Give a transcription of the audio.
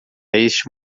este